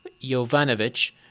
Jovanovic